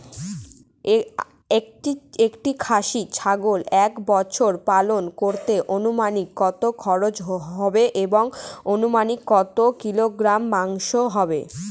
একটি খাসি ছাগল এক বছর পালন করতে অনুমানিক কত খরচ হবে এবং অনুমানিক কত কিলোগ্রাম মাংস হবে?